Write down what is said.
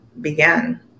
began